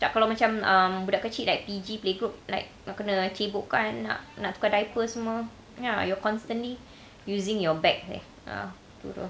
tak kalau macam um budak kecil like P_G play group like kau kena cebokkan nak tukar diaper semua ya you're constantly using your back leh ah